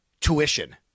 tuition